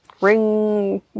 ring